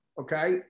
okay